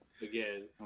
Again